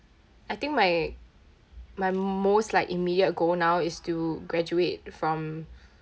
I think my my most like immediate goal now is to graduate from